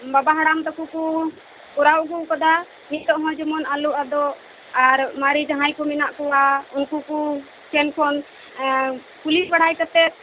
ᱵᱟᱵᱟ ᱦᱟᱲᱟᱢ ᱛᱟᱠᱩ ᱠᱩ ᱠᱚᱨᱟᱣ ᱟᱹᱜᱩ ᱟᱠᱟᱫᱟ ᱱᱤᱛᱚᱜ ᱦᱚᱸ ᱡᱮᱢᱚᱱ ᱟᱞᱩ ᱟᱫᱳᱜ ᱟᱨ ᱚᱱᱟᱨᱮ ᱡᱟᱦᱟᱭ ᱠᱚ ᱢᱮᱱᱟᱜ ᱠᱚᱣᱟ ᱩᱱᱠᱩ ᱠᱩ ᱴᱷᱮᱱ ᱠᱷᱚᱱ ᱠᱩᱞᱤ ᱵᱟᱲᱟᱭ ᱠᱟᱛᱮ